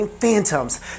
phantoms